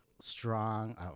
strong